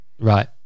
right